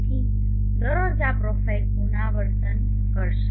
તેથી દરરોજ આ પ્રોફાઇલ પુનરાવર્તન કરશે